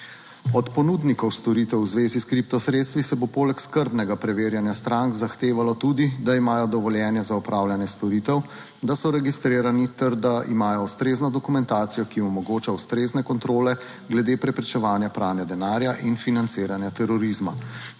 Od ponudnikov storitev v zvezi s kripto sredstvi se bo poleg skrbnega preverjanja strank zahtevalo tudi, da imajo dovoljenje za opravljanje storitev, da so registrirani ter da imajo ustrezno dokumentacijo, ki omogoča ustrezne kontrole glede preprečevanja pranja denarja in financiranja terorizma.